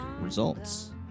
results